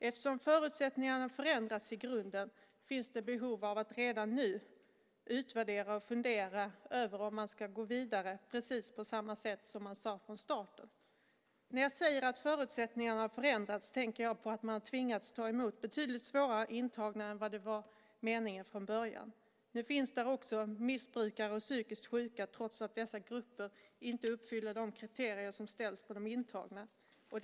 Eftersom förutsättningarna förändrats i grunden finns det behov av att redan nu utvärdera och fundera över om man ska gå vidare precis på samma sätt som man sade från starten. När jag säger att förutsättningarna har förändrats tänker jag på att man har tvingats ta emot betydligt svårare intagna än vad som var meningen från början. Nu finns där också missbrukare och psykiskt sjuka, trots att dessa grupper inte uppfyller de kriterier som ställts upp när det gäller de intagna.